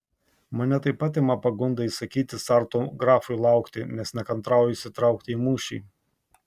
mane taip pat ima pagunda įsakyti sarto grafui laukti nes nekantrauju įsitraukti į mūšį